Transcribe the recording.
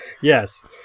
Yes